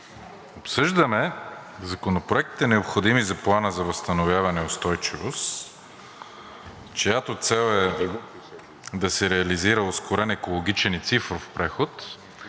Обсъждаме законопроектите, необходими за Плана за възстановяване и устойчивост, чиято цел е да се реализира ускорен екологичен и цифров преход,